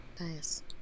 nice